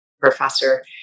professor